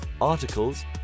articles